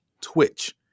twitch